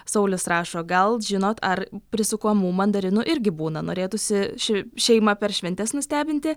saulius rašo gal žinot ar prisukamų mandarinų irgi būna norėtųsi ši šeimą per šventes nustebinti